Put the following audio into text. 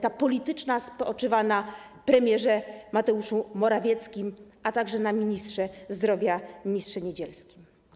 Ta polityczna spoczywa na premierze Mateuszu Morawieckim, a także na ministrze zdrowia, ministrze Niedzielskim.